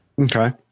Okay